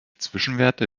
zwischenwerte